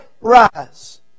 rise